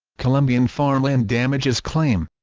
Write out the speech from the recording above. colombian farmland damages claim